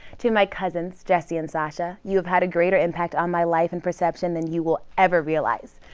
to my cousins, jesse and sasha you've had a greater impact on my life and perception then you will ever realize.